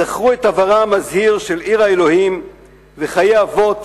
זכרו את עברה המזהיר של עיר האלוהים וחיי אבות